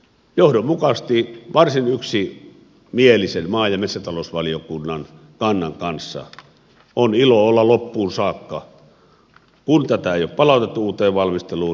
johdonmukaisesti varsin yksimielisen maa ja metsätalousvaliokunnan kannan kanssa on ilo olla loppuun saakka vastustamassa tätä esitystä kun tätä ei ole palautettu uuteen valmisteluun